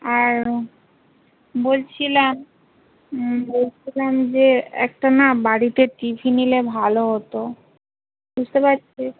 আর বলছিলাম বলছিলাম যে একটা না বাড়িতে টি ভি নিলে ভালো হতো বুঝতে পারছিস